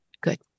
Good